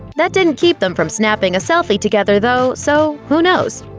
that didn't keep them from snapping a selfie together, though, so. who knows?